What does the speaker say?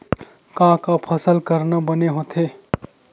का का फसल करना बने होथे?